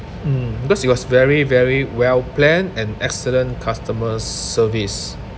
mm because it was very very well planned and excellent customer service